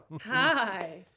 hi